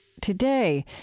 Today